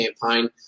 campaign